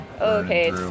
okay